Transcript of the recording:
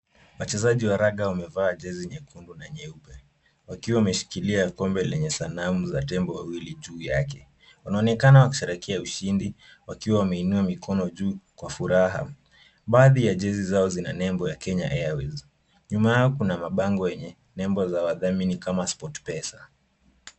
Wachezaji wa raga wamevaa jezi nyekundu na nyeupe, wakiwa wameshikilia kombe lenye sanamu za tembo wawili juu yake. Wanaonekana wakisherekea ushindi wakiwa wameinua mikono juu kwa furaha. Baadhi ya jezi zao zina nembo ya Kenya Airways. Nyuma yao kuna mabango yenye nembo za wadhamini kama SportsPesa.